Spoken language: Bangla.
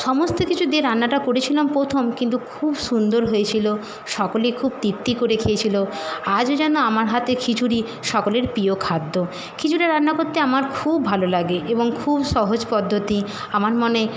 সমস্ত কিছু দিয়ে রান্নাটা করেছিলাম প্রথম কিন্তু খুব সুন্দর হয়েছিলো সকলেই খুব তৃপ্তি করে খেয়েছিলো আজও যেন আমার হাতের খিচুড়ি সকলের প্রিয় খাদ্য খিচুড়ি রান্না করতে আমার খুব ভালো লাগে এবং খুব সহজ পদ্ধতি আমার মনে